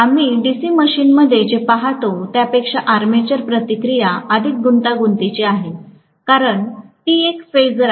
आम्ही डीसी मशीनमध्ये जे पाहतो त्यापेक्षा आर्मेचर प्रतिक्रिया अधिक गुंतागुंतीची आहे कारण ती एक फेजर आहे